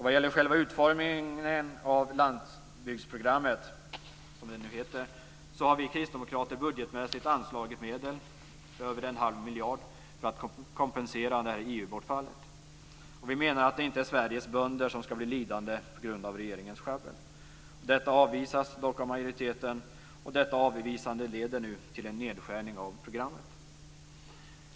Vad gäller själva utformningen av landsbygdsprogrammet, som det nu heter, har vi kristdemokrater budgetmässigt anslagit medel - över en halv miljard - för att kompensera detta EU-bortfall. Vi menar att det inte är Sveriges bönder som ska bli lidande på grund av regeringens sjabbel. Detta avvisas dock av majoriteten, och detta avvisande leder nu till en nedskärning av programmet.